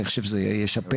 אני חושב שזה ישפר.